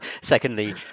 secondly